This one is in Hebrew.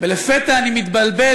ולפתע אני מתבלבל,